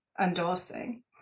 endorsing